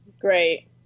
Great